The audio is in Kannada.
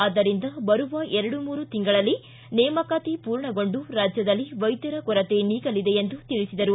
ಆದ್ದರಿಂದ ಬರುವ ಎರಡು ಮೂರು ತಿಂಗಳಲ್ಲಿ ನೇಮಕಾತಿ ಪೂರ್ಣಗೊಂಡು ರಾಜ್ಯದಲ್ಲಿ ವೈದ್ಯರ ಕೊರತೆ ನೀಗಲಿದೆ ಎಂದು ತಿಳಿಸಿದರು